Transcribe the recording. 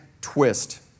twist